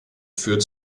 führt